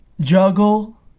juggle